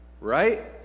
Right